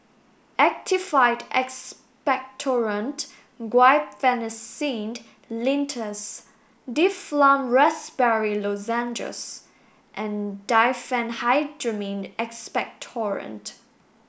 Actified Expectorant Guaiphenesin Linctus Difflam Raspberry Lozenges and Diphenhydramine Expectorant